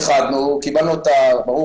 איחדנו וברור